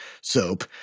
soap